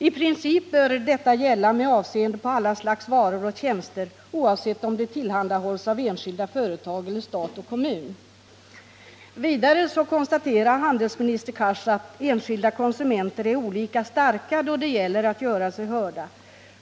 I princip bör detta gälla med avseende på alla slags varor och tjänster, oavsett om de tillhandahålls av enskilda företag eller av stat och kommun.” Vidare konstaterade handelsminister Cars: ”Enskilda konsumenter är olika starka då det gäller att göra sig hörda.